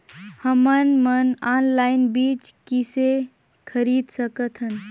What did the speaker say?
हमन मन ऑनलाइन बीज किसे खरीद सकथन?